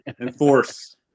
enforce